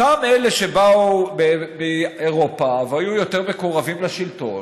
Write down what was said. אותם אלה שבאו מאירופה והיו יותר מקורבים לשלטון,